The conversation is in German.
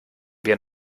wir